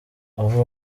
abo